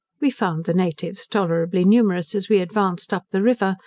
we found the natives tolerably numerous as we advanced up the river,